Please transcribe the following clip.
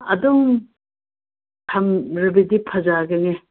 ꯑꯗꯨꯝ ꯊꯝꯂꯕꯗꯤ ꯐꯖꯒꯅꯤ